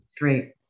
great